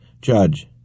Judge